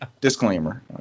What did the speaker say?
Disclaimer